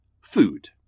food